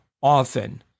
often